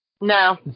No